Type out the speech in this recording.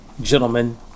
gentlemen